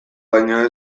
baino